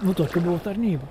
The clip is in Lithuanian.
nu tokia buvo tarnyba